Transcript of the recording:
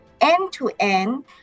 end-to-end